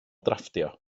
drafftio